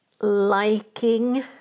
liking